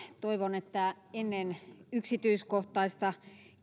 toivon että ennen yksityiskohtaista